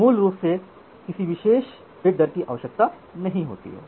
तो मूल रूप से किसी विशेष बिट दर की आवश्यकता नहीं होती है